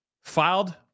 filed